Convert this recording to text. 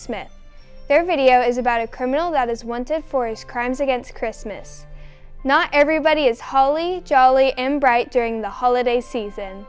smith their video is about a criminal that has one tip for his crimes against christmas not everybody is holly jolly em bright during the holiday season